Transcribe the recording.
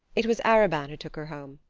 it was arobin who took her home.